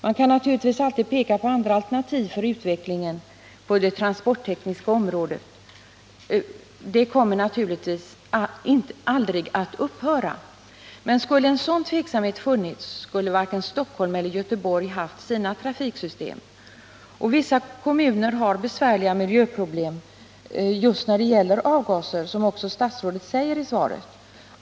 Man kan naturligtvis alltid peka på andra alternativ för utvecklingen på det transporttekniska området — en utveckling som natur Nr 40 ligtvis aldrig kommer att upphöra. Men om en sådan tveksamhet hade funnits tidigare skulle varken Stockholm eller Göteborg ha haft sina trafiksystem. Vissa kommuner har besvärliga miljöproblem just när det gäller avgaser, som också statsrådet säger i svaret.